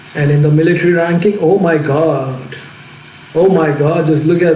and in the military ranking. oh my god oh my god, just look